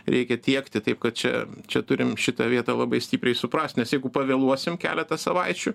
reikia tiekti taip kad čia čia turim šitą vietą labai stipriai suprast nes jeigu pavėluosim keletą savaičių